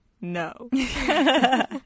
no